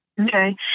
Okay